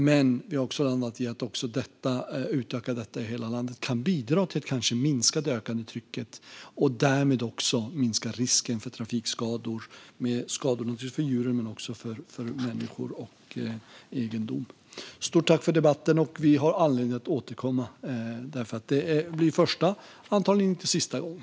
Men vi har också landat i att en utökning av detta i hela landet kan bidra till att minska det ökande trycket och därmed risken för trafikskador på såväl djur som människor och egendom. Stort tack för debatten! Vi har anledning att återkomma. Det var första men antagligen inte sista gången.